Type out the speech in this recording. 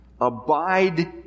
Abide